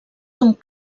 són